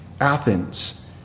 Athens